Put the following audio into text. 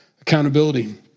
Accountability